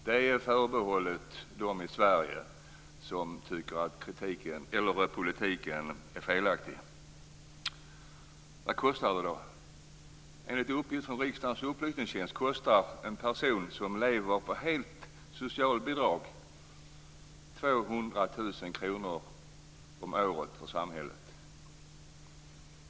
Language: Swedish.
Det är förbehållet de de i Sverige som tycker att politiken är felaktig. Vad kostar det då? Enligt uppgift från riksdagens upplysningstjänst kostar en person som helt lever på socialbidrag 200 000 kr om året för samhället.